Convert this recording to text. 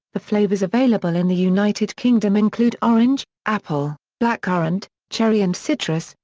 the flavours available in the united kingdom include orange, apple, blackcurrant, cherry and citrus,